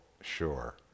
sure